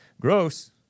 Gross